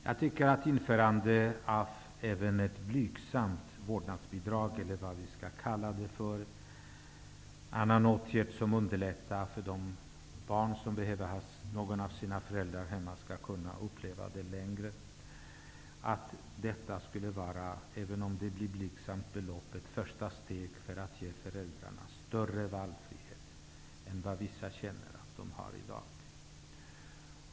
Jag menar att införandet av även ett blygsamt vårdnadsbidrag -- eller vad vi skall kalla den åtgärd som innebär att de barn som behöver ha någon av sina föräldrar hemma skall ha möjlighet till det under en längre tid -- skulle vara ett första steg mot att ge föräldrarna en större valfrihet än vad vissa känner att de har i dag.